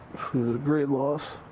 a great loss.